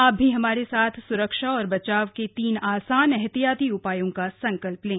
आप भी हमारे साथ सुरक्षा और बचाव के तीन आसान एहतियाती उपायों का संकल्प लें